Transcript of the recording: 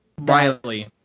Riley